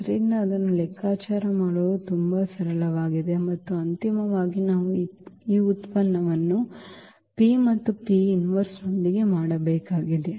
ಆದ್ದರಿಂದ ಅದನ್ನು ಲೆಕ್ಕಾಚಾರ ಮಾಡುವುದು ತುಂಬಾ ಸರಳವಾಗಿದೆ ಮತ್ತು ಅಂತಿಮವಾಗಿ ನಾವು ಈ ಉತ್ಪನ್ನವನ್ನು P ಮತ್ತು ನೊಂದಿಗೆ ಮಾಡಬೇಕಾಗಿದೆ